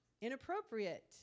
inappropriate